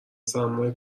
سرمای